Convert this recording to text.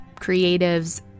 creatives